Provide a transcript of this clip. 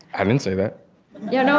i didn't say that yeah, no,